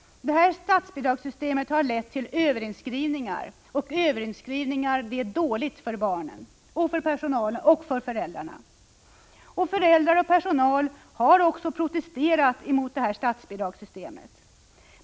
Detta statsbidragssystem har lett till överinskrivningar, och det är dåligt för barnen, för personalen och för föräldrarna. Föräldrar och personal har också protesterat mot det här statsbidragssystemet.